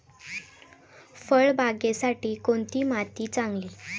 फळबागेसाठी कोणती माती चांगली?